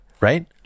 Right